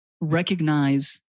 recognize